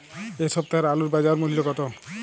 এ সপ্তাহের আলুর বাজার মূল্য কত?